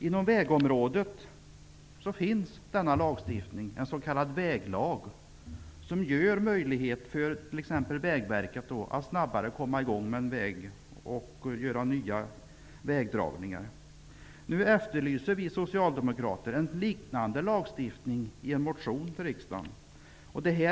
På vägområdet finns det en lagstiftning, en s.k. väglag, som ger t.ex. Vägverket möjlighet att snabbare komma i gång med arbetet med vägar och nya vägdragningar. Nu efterlyser vi socialdemokrater i en motion till riksdagen en liknande lagstiftning.